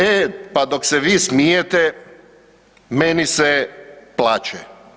E, pa dok se vi smijete, meni se plače.